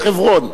חברון.